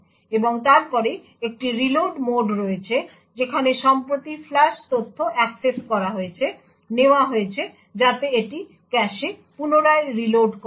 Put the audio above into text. এবং তারপরে একটি রিলোড মোড রয়েছে যেখানে সম্প্রতি ফ্লাশ তথ্য অ্যাক্সেস করা হয়েছে নেওয়া হয়েছে যাতে এটি ক্যাশে পুনরায় রিলোড করা হয়